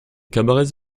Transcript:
cabarets